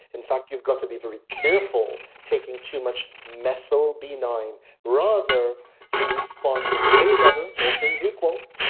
in fact, you've got to be very careful taking too much methyl b nine rather you respond way better, all things equal,